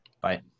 Bye